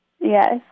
yes